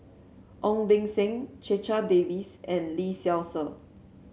Ong Beng Seng Checha Davies and Lee Seow Ser